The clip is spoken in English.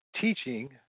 teaching